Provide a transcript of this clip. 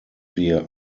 wir